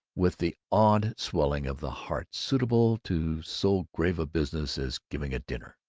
with the awed swelling of the heart suitable to so grave a business as giving a dinner,